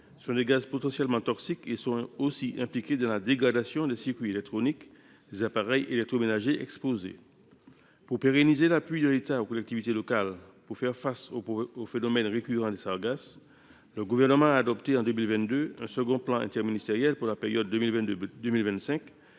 sont des gaz potentiellement toxiques et entraînent la dégradation des circuits électroniques des appareils électroménagers exposés. Afin de pérenniser l’appui de l’État aux collectivités locales confrontées au phénomène récurrent des sargasses, le Gouvernement a adopté en 2022 un second plan interministériel courant sur la période 2022